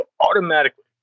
automatically